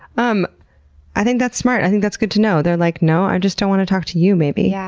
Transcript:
um i think that's smart. i think that's good to know. they're like, no, i just don't want to talk to you, maybe. yeah